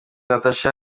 natasha